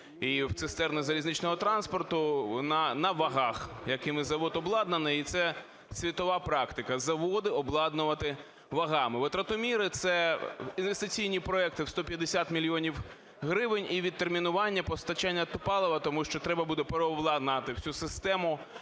і в цистерни залізничного транспорту на вагах, якими завод обладнаний. І це світова практика – заводи обладнувати вагами. Витратоміри – це інвестиційні проекти в 150 мільйонів гривень і відтермінування постачання палива. Тому що треба буде переобладнати всю систему,